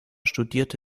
studierte